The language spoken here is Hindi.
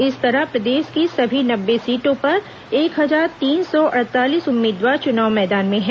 इस तरह प्रदेश की सभी नब्बे सीटों पर एक हजार तीन सौ अड़तीस उम्मीदवार चुनाव मैदान में हैं